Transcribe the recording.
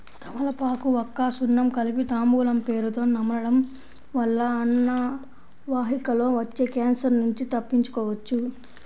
తమలపాకు, వక్క, సున్నం కలిపి తాంబూలం పేరుతొ నమలడం వల్ల అన్నవాహికలో వచ్చే క్యాన్సర్ నుంచి తప్పించుకోవచ్చు